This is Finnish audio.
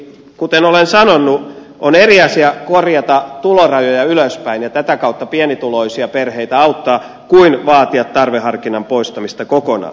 kuten olen sanonut on eri asia korjata tulorajoja ylöspäin ja tätä kautta pienituloisia perheitä auttaa kuin vaatia tarveharkinnan poistamista kokonaan